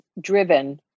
driven